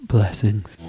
Blessings